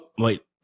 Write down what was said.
wait